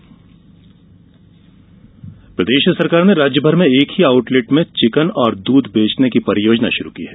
MP outlet प्रदेश सरकार ने राज्य भर में एक ही आउटलेट में चिकन और दूध बेचने की परियोजना शुरू की है